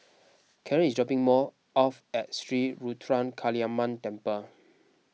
Karren is dropping more off at Sri Ruthra Kaliamman Temple